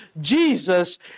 Jesus